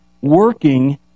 working